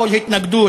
קול התנגדות,